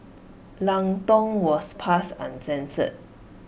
Lang Tong was passed uncensored